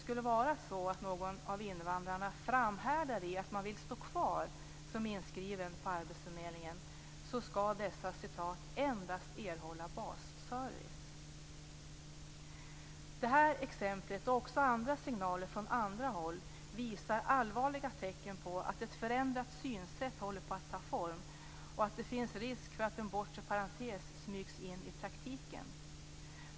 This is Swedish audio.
Om någon av invandrarna framhärdar i att han eller hon vill fortsätta att vara inskriven på arbetsförmedlingen skall de endast erhålla basservice. Det här exemplet och även andra signaler från andra håll visar allvarliga tecken på att ett förändrat synsätt håller på att ta form och att det finns risk för att en bortre parentes smygs in i praktiken.